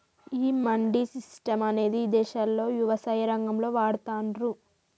ఈ మండీ సిస్టం అనేది ఇదేశాల్లో యవసాయ రంగంలో వాడతాన్రు